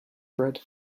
bread